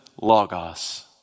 Logos